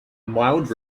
mild